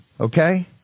okay